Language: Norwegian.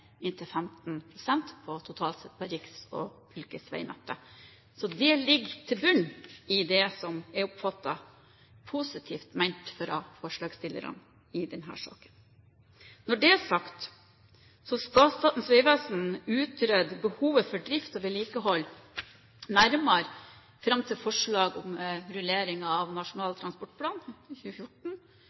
inntil 15 pst. på riks- og fylkesvegnettet. Så det ligger i bunnen av det som jeg oppfatter som positivt ment fra forslagsstillernes side i denne saken. Når det er sagt, skal Statens vegvesen utrede behovet for drift og vedlikehold nærmere fram til forslag om rullering av Nasjonal transportplan